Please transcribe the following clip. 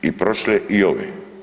I prošle i ove.